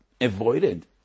avoided